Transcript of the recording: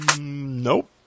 Nope